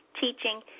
teaching